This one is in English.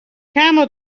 camel